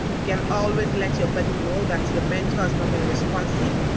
you can always let your buddy know that your mentor has not been responsive.